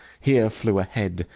here flew a head,